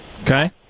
Okay